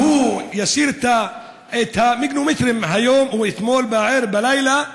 והוא הסיר את המגנומטרים היום או אתמול בלילה,